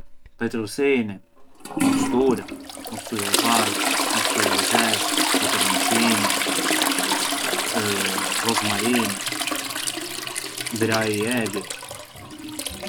Petrusini, mustura, mustura e bardhë, mustura e zezë, peperonçini, rosmarini, mbrajë i egër.